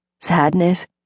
Sadness